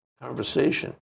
conversation